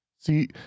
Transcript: See